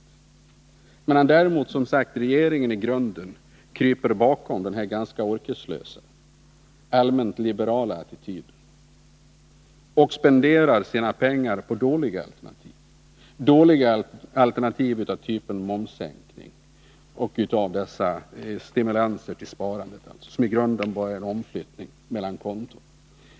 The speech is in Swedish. Regeringen däremot kryper som sagt i grunden bakom den här ganska orkeslösa, allmänt liberala attityden. Den spenderar sina pengar på dåliga alternativ av typen momssänkning och dessa stimulanser till sparandet, som i grunden bara innebär en omflyttning mellan konton.